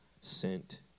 sent